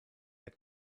had